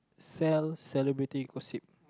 sell celebrity gossip